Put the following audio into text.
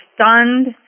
stunned